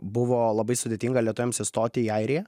buvo labai sudėtinga lietuviams įstoti į airiją